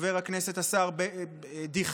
חבר הכנסת השר דיכטר: